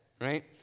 right